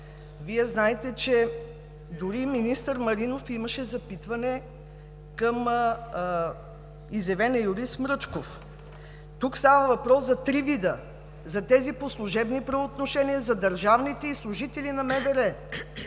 вие знаете, че дори министър Маринов имаше запитване към изявения юрист Мръчков. Тук става въпрос за три вида – за тези по служебни правоотношения, за държавните служители, извън